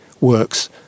works